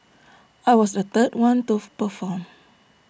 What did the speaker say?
I was the third one to perform